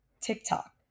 TikTok